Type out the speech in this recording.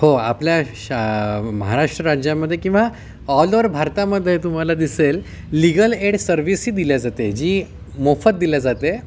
हो आपल्या शा महाराष्ट्र राज्यामध्ये किंवा ऑल ओवर भारतामध्ये तुम्हाला दिसेल लीगल एड सर्व्हिसही दिली जाते जी मोफत दिली जाते